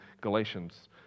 Galatians